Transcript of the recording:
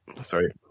Sorry